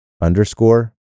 underscore